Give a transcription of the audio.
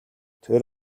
тэр